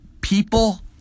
people